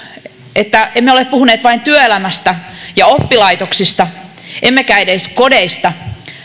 että emme ole puhuneet vain työelämästä ja oppilaitoksista emmekä edes kodeista